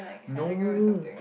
no